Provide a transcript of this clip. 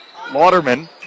Lauderman